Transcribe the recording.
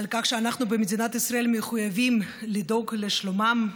על כך שאנחנו במדינת ישראל מחויבים לדאוג לשלומם,